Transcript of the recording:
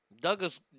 Douglas